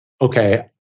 okay